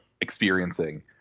experiencing